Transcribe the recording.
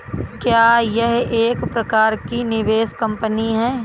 क्या यह एक प्रकार की निवेश कंपनी है?